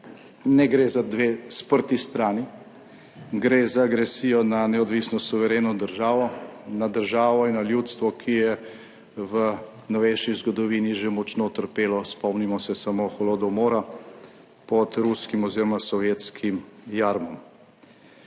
Ne gre za dve sprti strani, gre za agresijo na neodvisno suvereno državo, na državo in na ljudstvo, ki je v novejši zgodovini že močno trpelo; spomnimo se samo holodomora pod ruskim oziroma sovjetskim jarmom.